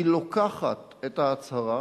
היא לוקחת את ההצהרה,